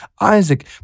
Isaac